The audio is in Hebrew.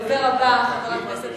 הדובר הבא, חבר הכנסת